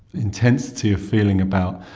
intensity of feeling about,